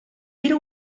era